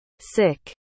sick